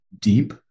deep